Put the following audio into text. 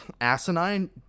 asinine